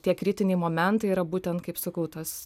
tie kritiniai momentai yra būtent kaip sakau tas